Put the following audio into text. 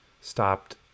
stopped